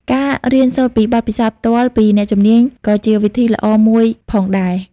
ការរៀនសូត្រពីបទពិសោធន៍ផ្ទាល់ពីអ្នកជំនាញក៏ជាវិធីដ៏ល្អមួយផងដែរ។